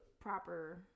proper